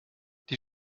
die